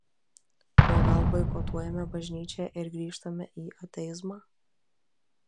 o gal boikotuojame bažnyčią ir grįžtame į ateizmą